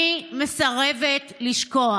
אני מסרבת לשכוח,